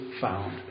found